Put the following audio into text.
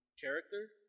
character